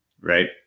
Right